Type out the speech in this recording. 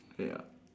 ya